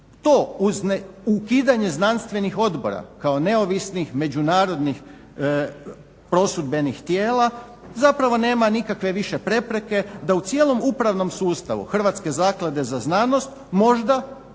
to ukidanje znanstvenih odbora kao neovisnih međunarodnih prosudbenih tijela zapravo nema nikakve više prepreke da u cijelom upravnom sustavu Hrvatske zaklade za znanost možda,